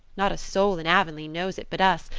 not a soul in avonlea knows it but us,